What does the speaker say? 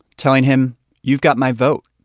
telling him you've got my vote.